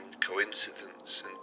coincidence